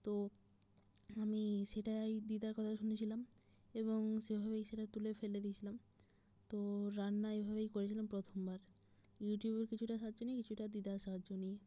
তো আমি সেটাই দিদার কথা শুনেছিলাম এবং সেভাবেই সেটা তুলে ফেলে দিয়েছিলাম তো রান্না এভাবেই করেছিলাম প্রথমবার ইউটিউবের কিছুটা সাহায্য নিয়ে কিছুটা দিদার সাহায্য নিয়ে